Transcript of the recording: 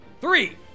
three